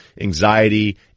anxiety